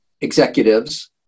executives